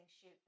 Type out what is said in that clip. shoot